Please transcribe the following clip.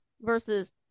versus